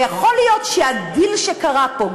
ויכול להיות שהדיל שקרה פה,